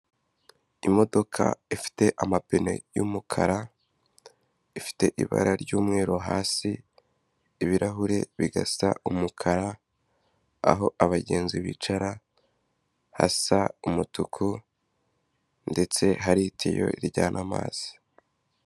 Imodoka ifite amapine y'umukara, ifite ibara ry'umweru hasi, ibirahure bigasa umukara, aho abagenzi bicara hasa umutuku ndetse hari itiyo zijyana amazi.